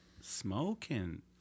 smoking